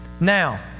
Now